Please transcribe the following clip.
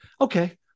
Okay